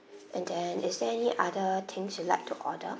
and then is there any other things you'd like to order